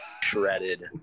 shredded